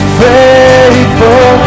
faithful